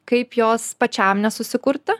kaip jos pačiam nesusikurti